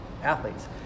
athletes